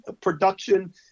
production